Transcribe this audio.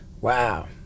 Wow